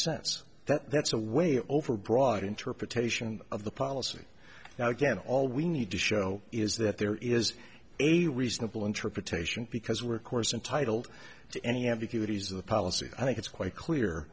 sense that that's a way overbroad interpretation of the policy now again all we need to show is that there is a reasonable interpretation because we're course entitled to any ambiguities of the policy i think it's quite clear